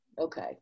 Okay